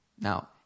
Now